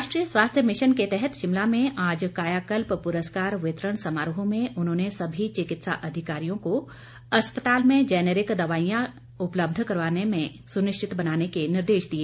राष्ट्रीय स्वास्थ्य मिशन के तहत शिमला में आज कायाकल्प प्रस्कार वितरण समारोह में उन्होंने सभी चिकित्सा अधिकारियों को अस्पतालों में जैनरिक दवाईयों की उपलब्धता पर्याप्त मात्रा में सुनिश्चित बनाने के निर्देश दिए